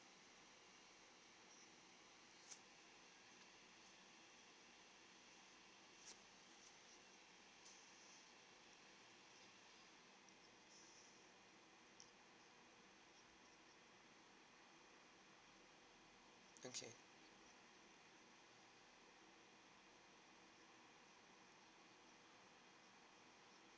okay